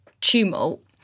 tumult